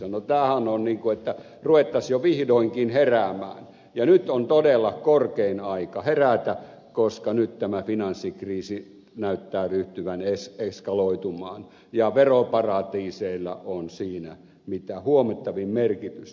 no tämähän on niin kuin että ruvettaisiin jo vihdoinkin heräämään ja nyt on todella korkein aika herätä koska nyt tämä finanssikriisi näyttää ryhtyvän eskaloitumaan ja veroparatiiseilla on siinä mitä huomattavin merkitys